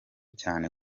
cyane